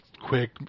quick